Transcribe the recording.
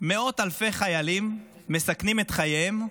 מאות אלפי חיילים מסכנים את חייהם,